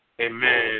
Amen